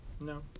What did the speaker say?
No